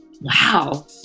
wow